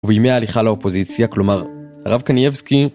ובימי ההליכה לאופוזיציה, כלומר, הרב קניאבסקי...